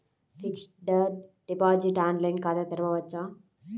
Fixed deposit online ఖాతా తెరువవచ్చా?